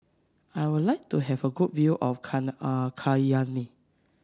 I would like to have a good view of Cayenne